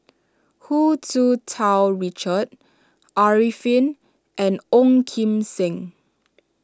Hu Tsu Tau Richard Arifin and Ong Kim Seng